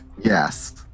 yes